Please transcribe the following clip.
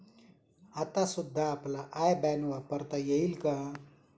आता सुद्धा आपला आय बॅन वापरता येईल का?